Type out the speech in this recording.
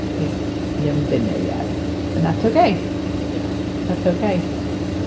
they haven't been there yet and that's ok yeah that's ok